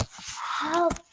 help